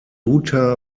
utah